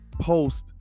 post